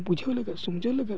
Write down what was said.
ᱵᱩᱡᱷᱟᱹᱣ ᱞᱟᱹᱜᱤᱫ ᱥᱚᱢᱡᱷᱟᱹᱣ ᱞᱟᱹᱜᱤᱫ